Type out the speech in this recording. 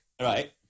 Right